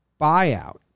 buyout